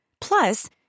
Plus